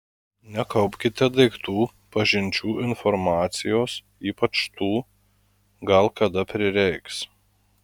nekaupkite daiktų pažinčių informacijos ypač tų gal kada prireiks